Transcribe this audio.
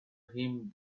him